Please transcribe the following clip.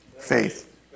Faith